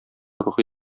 рухи